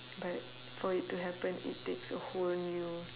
but for it to happen it takes a whole new